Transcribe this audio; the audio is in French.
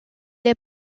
les